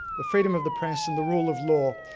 the freedom of the press and the rule of law.